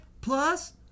plus